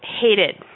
hated